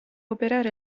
operare